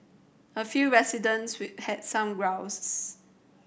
a few residents will had some grouses